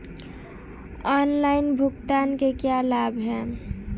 Online भुगतान के क्या लाभ हैं?